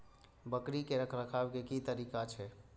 बकरी के रखरखाव के कि तरीका छै?